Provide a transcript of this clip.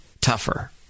tougher